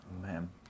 Man